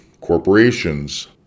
corporations